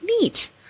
neat